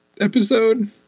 episode